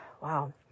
Wow